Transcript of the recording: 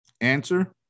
Answer